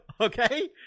okay